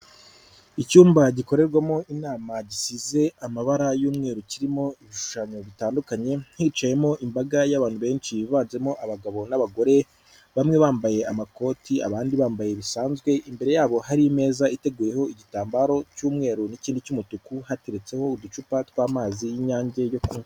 Icyumba gikorerwamo inama gisize amabara y'umweru kirimo ibishushanyo bitandukanye, hicayemo imbaga y'abantu benshi biganjemo abagabo n'abagore, bamwe bambaye amakoti abandi bambaye bisanzwe, imbere yabo hari imeza ateguyeho igitambaro cy'umweru n'ikindi cy'umutuku, hateretseho uducupa tw'amazi y'Inyange yo kunywa.